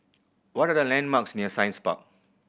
what are the landmarks near Science Park